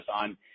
on